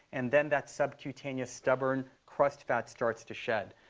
and then that subcutaneous stubborn crust fat starts to shed.